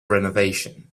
renovation